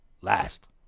Last